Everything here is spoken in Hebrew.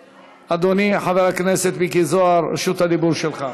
אדוני, חבר הכנסת מיקי זוהר, רשות הדיבור שלך.